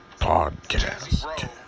podcast